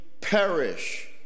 perish